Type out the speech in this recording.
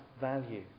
value